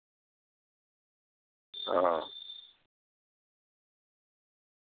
ہاں